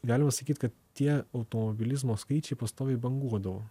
galima sakyt kad tie automobilizmo skaičiai pastoviai banguodavo